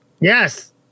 Yes